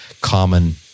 common